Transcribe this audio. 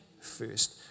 first